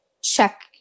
check